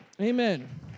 Amen